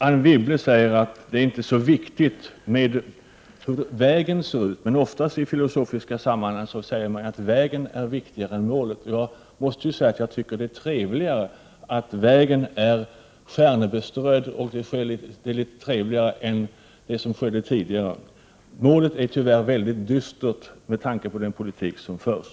Anne Wibble säger att det är inte så viktigt hur vägen ser ut, men ofta i filosofiska sammanhang säger man att vägen är viktigare än målet. Jag måste ju säga att jag tycker att det är trevligare att vägen är stjärnebeströdd. Målet är tyvärr väldigt dystert med tanke på den politik som förs.